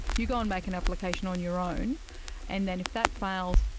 you go and make an application on your own and then if that fails,